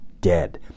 dead